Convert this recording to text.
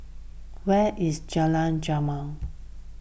where is Jalan Jamal